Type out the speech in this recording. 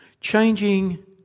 changing